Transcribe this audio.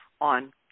on